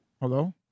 Hello